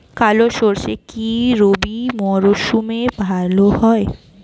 কালো সরষে কি রবি মরশুমে ভালো হয়?